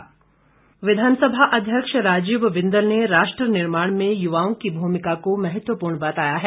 बिंदल विधानसभा अध्यक्ष राजीव बिंदल ने राष्ट्र निर्माण में युवाओं की भूमिका को महत्वपूर्ण बताया है